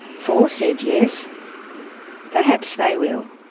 four said yes perhaps they will.